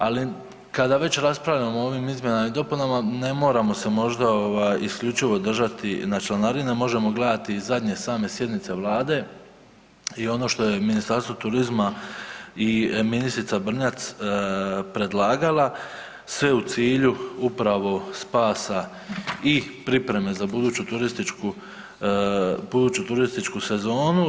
Ali kada već raspravljamo o ovim izmjenama i dopunama ne moramo se možda ovaj isključivo držati na članarine, možemo gledati i zadnje same sjednice vlade i ono što je Ministarstvo turizma i ministrica Brnjac predlagala sve u cilju upravo spasa i pripreme za buduću turističku, buduću turističku sezonu.